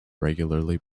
regularly